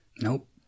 nope